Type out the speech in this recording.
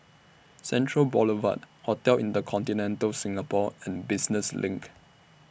Central Boulevard Hotel InterContinental Singapore and Business LINK